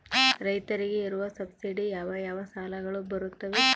ರೈತರಿಗೆ ಇರುವ ಸಬ್ಸಿಡಿ ಯಾವ ಯಾವ ಸಾಲಗಳು ಬರುತ್ತವೆ?